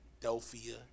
Philadelphia